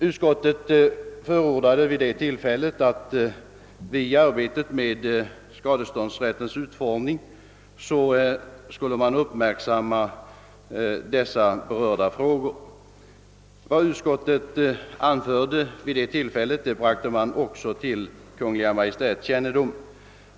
Utskottet förordade att man vid arbetet med skadeståndsrättens utformning skulle uppmärksamma de berörda frågorna. Vad utskottet anförde vid detta tillfälle bragtes också till Kungl. Maj:ts kännedom.